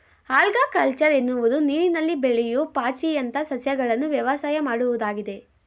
algaculture ಎನ್ನುವುದು ನೀರಿನಲ್ಲಿ ಬೆಳೆಯೂ ಪಾಚಿಯಂತ ಸಸ್ಯಗಳನ್ನು ವ್ಯವಸಾಯ ಮಾಡುವುದಾಗಿದೆ